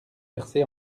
percé